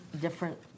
different